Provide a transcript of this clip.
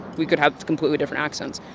we could have completely different accents.